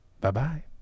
Bye-bye